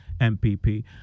MPP